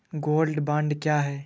Gold bond क्या है?